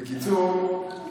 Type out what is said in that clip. בקיצור,